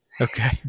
Okay